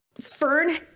Fern